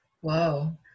Whoa